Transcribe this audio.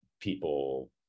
people